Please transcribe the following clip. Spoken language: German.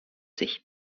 sich